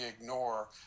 ignore